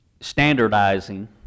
standardizing